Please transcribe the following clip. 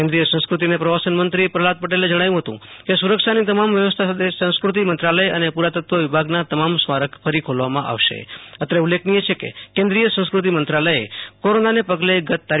કેન્દ્રીય સંસ્ક્રતિ અને પ્રવાસનમંત્રી પ્રહલાદ પટેલ જણાવ્યું હત કે સૂરક્ષાની તમામ વ્યવસ્થા સાથે સંસ્કૃતિ મંત્રાલય અને પુરાતત્વ વિભાગના તમામ સ્મારક ફરી ખોલવામાં આવશે અત્રે ઉલ્લેખનીય છે કે કેન્દ્રિય સંસ્કૃતિ મંત્રાલયે કોરોનાને પગલે ગત તા